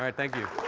um thank you.